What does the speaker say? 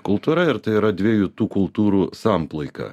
kultūra ir tai yra dviejų tų kultūrų samplaika